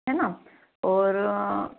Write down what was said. है ना और